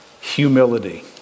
humility